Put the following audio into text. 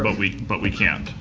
but we but we can't.